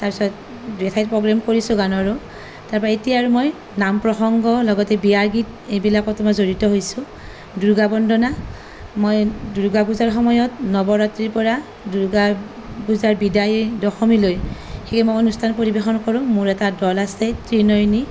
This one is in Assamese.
তাৰ পিছত দুই এঠাইত প্ৰগ্ৰেম কৰিছোঁ গানৰো তাৰ পৰা এতিয়া আৰু মই নাম প্ৰসংগ লগতে বিয়া গীত এইবিলাকত মই জড়িত হৈছোঁ দুৰ্গা বন্দনা মই দুৰ্গা পূজাৰ সময়ত নৱৰাত্ৰিৰ পৰা দুৰ্গাৰ পূজাৰ বিদায় দশমীলৈ সেই সময়ত অনুষ্ঠান পৰিৱেশন কৰোঁ মোৰ এটা দল আছে ত্ৰিনয়নী